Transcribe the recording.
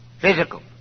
physical